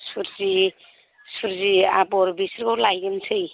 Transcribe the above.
सुजि आबर बिसोरखौ लायग्रोनोसै